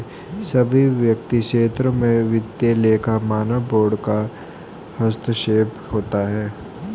सभी वित्तीय क्षेत्रों में वित्तीय लेखा मानक बोर्ड का हस्तक्षेप होता है